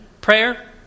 prayer